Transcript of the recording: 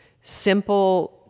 simple